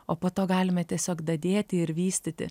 o po to galime tiesiog dadėti ir vystyti